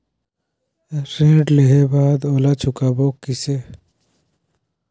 ऋण लेहें के बाद ओला चुकाबो किसे?